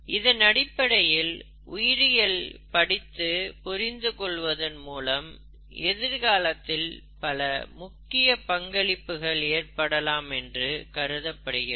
இதனடிப்படையில் உயிரியல் படித்து புரிந்து கொள்வதன் மூலம் எதிர்காலத்தில் பல முக்கிய பங்களிப்புகள் ஏற்படலாம் என்று கருதப்படுகிறது